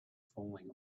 falling